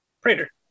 Prater